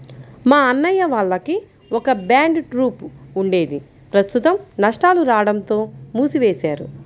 మా అన్నయ్య వాళ్లకి ఒక బ్యాండ్ ట్రూప్ ఉండేది ప్రస్తుతం నష్టాలు రాడంతో మూసివేశారు